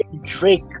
Drake